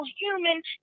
human